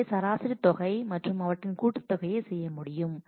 எனவே சராசரி தொகை மற்றும் அவற்றின் கூட்டுத் தொகையை செய்ய முடியும்